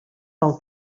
pel